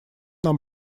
нам